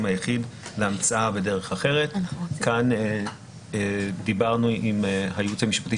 היחיד להמצאה בדרך אחרת." כאן דיברנו עם הייעוץ המשפטי